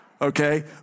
okay